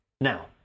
Now